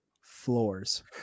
Floors